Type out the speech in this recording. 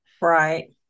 Right